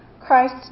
Christ